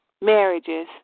marriages